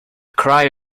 cry